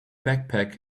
backpack